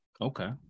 Okay